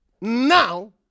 now